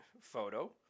photo